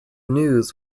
news